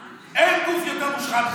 אין גוף יותר מושחת מזה.